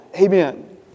Amen